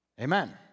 Amen